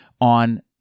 on